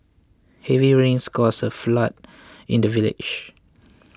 heavy rains caused a flood in the village